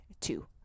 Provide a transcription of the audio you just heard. Two